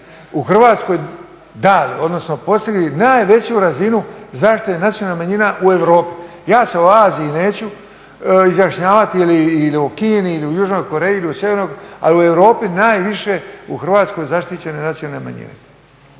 u Hrvatskoj dali, odnosno … najveću razinu zaštite nacionalnih manjina u Europi. Ja se o Aziji neću izjašnjavati ili o Kini ili o Južnoj Koreji ili o Sjevernoj, ali u Europi najviše, u Hrvatskoj zaštićene nacionalne manjine.